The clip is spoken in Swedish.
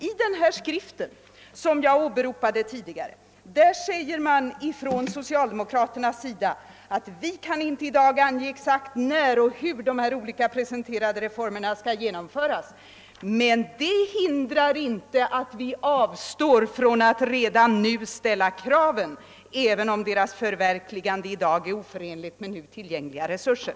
I den skrift som jag tidigare åberopade framhåller socialdemokraterna bl.a. följande: »Vi kan inte i dag ange exakt när och hur olika här presenterade reformer ska genomföras ———. Men vi avstår inte från att ställa kraven även om deras förverkligande i dag är oförenligt med nu tillgängliga resurser.»